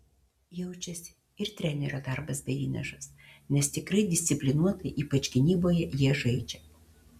jaučiasi ir trenerio darbas bei įnašas nes tikrai disciplinuotai ypač gynyboje jie žaidžia